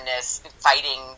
fighting